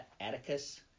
Atticus